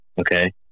Okay